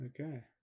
Okay